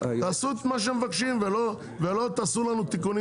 תעשו את מה שמבקשים ולא תעשו לנו תיקונים